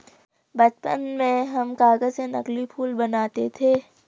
बचपन में हम कागज से नकली फूल बनाते थे